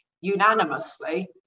unanimously